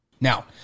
Now